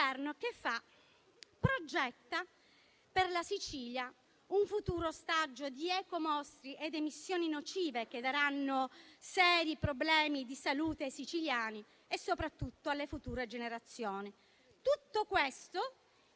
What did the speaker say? Governo progetta per la Sicilia un futuro ostaggio di ecomostri ed emissioni nocive che daranno seri problemi di salute ai siciliani e soprattutto alle future generazioni. Tutto questo